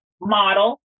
model